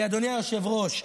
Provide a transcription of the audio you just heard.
כי אדוני היושב-ראש,